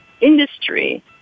industry